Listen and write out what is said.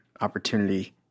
opportunity